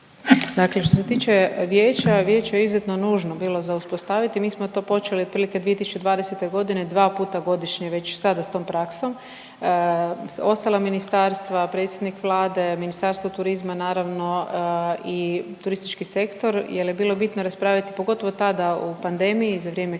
Dakle što se tiče Vijeća, Vijeće je izuzetno nužno bilo za uspostaviti i mi smo to počeli otprilike 2020. godine dva puta godišnje već sada s tom praksom. Ostala ministarstva, predsjednik Vlade, Ministarstvo turizma naravno i turistički sektor jel je bilo bitno raspraviti, pogotovo tada u pandemiji, za vrijeme krize,